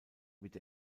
wird